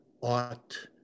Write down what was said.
ought